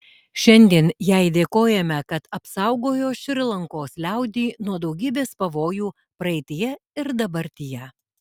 šiandien jai dėkojame kad apsaugojo šri lankos liaudį nuo daugybės pavojų praeityje ir dabartyje